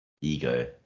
Ego